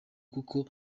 kuko